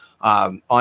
on